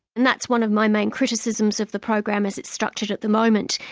and that's one of my main criticisms of the program as it's structured at the moment,